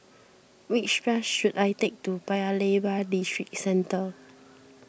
which bus should I take to Paya Lebar Districentre